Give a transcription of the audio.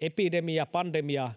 epidemia pandemia